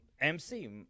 MC